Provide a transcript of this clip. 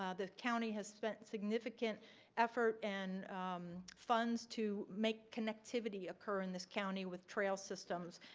um the county has spent significant effort and funds to make connectivity occur in this county with trail systems.